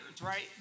right